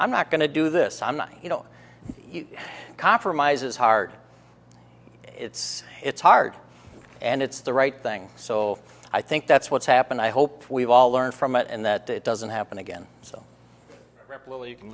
i'm not going to do this i'm not you know compromise is hard it's it's hard and it's the right thing so i think that's what's happened i hope we've all learned from it and that it doesn't happen again so you can